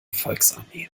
volksarmee